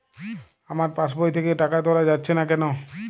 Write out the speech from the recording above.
আমার পাসবই থেকে টাকা তোলা যাচ্ছে না কেনো?